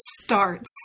starts